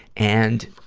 and,